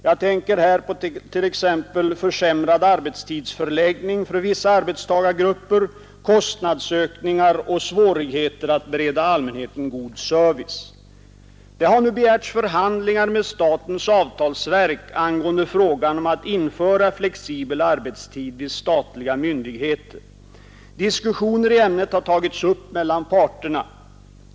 Jag tänker här på t.ex. försämrad arbetstidsförläggning för vissa arbetstagargrupper, kostnadsökningar och svårigheter att bereda allmänheten god service. Det har nu begärts förhandlingar med statens avtalsverk angående frågan om att införa flexibel arbetstid vid statliga myndigheter. Diskussioner i ämnet har tagits upp mellan parterna.